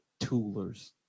Toolers